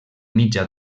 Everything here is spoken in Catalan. mitja